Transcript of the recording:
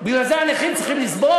בגלל זה הנכים צריכים לסבול?